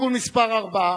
(תיקון מס' 4)